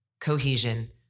cohesion